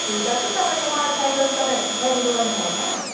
hello दाजु तपाईँकोमा cycle तपाईँहरूको साइकल दोकान छ होइन